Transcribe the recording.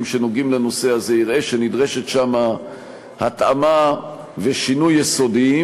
שנוגעים בנושא הזה יראה שנדרשים שם התאמה ושינוי יסודיים.